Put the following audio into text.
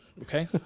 Okay